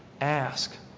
ask